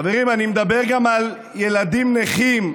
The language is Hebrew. חברים, אני מדבר גם על ילדים נכים,